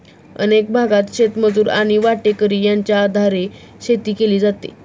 अनेक भागांत शेतमजूर आणि वाटेकरी यांच्या आधारे शेती केली जाते